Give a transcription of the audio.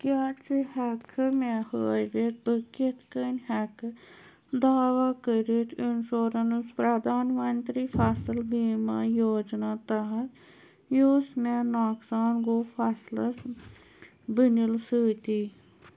کیٛاہ ژٕ ہٮ۪ککھہٕ مےٚ ہٲوِتھ بہٕ کِتھ کٔنۍ ہٮ۪کہٕ دعویٰ کٔرِتھ اِنشورٮ۪نٕس پرٛدھان منترٛی فصل بیٖما یوجنا تحت یُس مےٚ نۄقصان گوٚو فصلَس بٕنیُل سۭتی